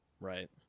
right